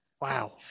Wow